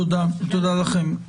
תודה לכם.